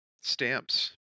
stamps